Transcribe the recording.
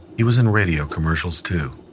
he was in radio commercials too.